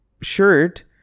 shirt